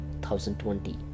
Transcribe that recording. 2020